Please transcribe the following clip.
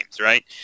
right